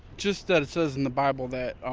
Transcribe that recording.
just that it says in the bible that